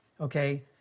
okay